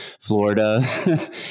Florida